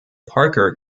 parker